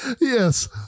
yes